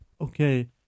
okay